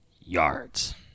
yards